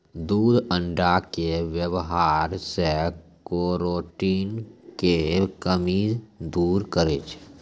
दूध अण्डा के वेवहार से केरोटिन के कमी दूर करै छै